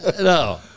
No